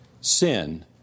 sin